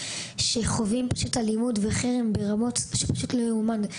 שחווים אלימות וחרם ברמות שפשוט קשה להאמין.